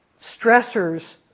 stressors